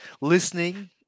listening